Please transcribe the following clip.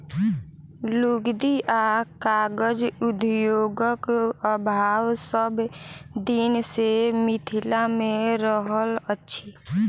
लुगदी आ कागज उद्योगक अभाव सभ दिन सॅ मिथिला मे रहल अछि